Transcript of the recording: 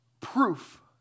proof